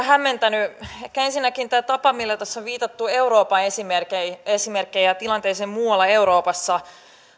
hämmentänyt ehkä ensinnäkin tämä tapa millä tässä on viitattu euroopan esimerkkeihin ja tilanteeseen muualla euroopassa